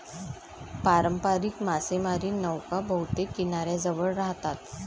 पारंपारिक मासेमारी नौका बहुतेक किनाऱ्याजवळ राहतात